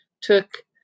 took